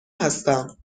هستم